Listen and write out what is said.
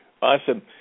Awesome